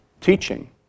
teaching